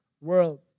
world